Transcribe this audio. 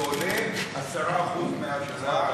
ועולה 10% מזה.